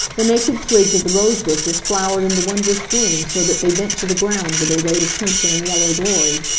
the naked twigs of the rose bushes flowered into wondrous bloom so that they bent to the ground with their weight of crimson and yellow glory.